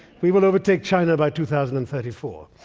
we will overtake china by two thousand and thirty four.